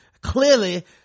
clearly